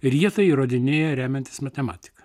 ir jie tai įrodinėja remiantis matematika